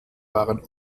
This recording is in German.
waren